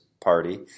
party